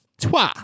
toi